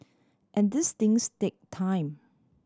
and these things take time